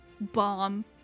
bomb